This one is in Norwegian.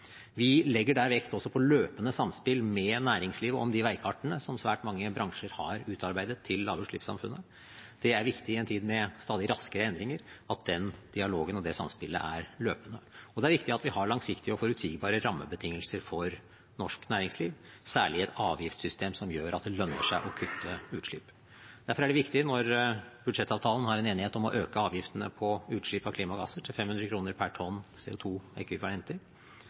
Vi legger der også vekt på løpende samspill med næringslivet om de veikartene som svært mange bransjer har utarbeidet til lavutslippssamfunnet. Det er viktig i en tid med stadig raskere endringer at den dialogen og det samspillet er løpende. Det er viktig at vi har langsiktige og forutsigbare rammebetingelser for norsk næringsliv, særlig et avgiftssystem som gjør at det lønner seg å kutte utslipp. Derfor er det viktig når budsjettavtalen har en enighet om å øke avgiftene på utslipp av klimagasser til 500 kr per tonn